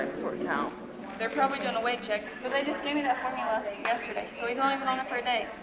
you know they're probably doing a weight check. but they just gave me that formula yesterday, so he's only been on it for a day.